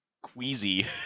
queasy